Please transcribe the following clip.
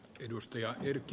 arvoisa puhemies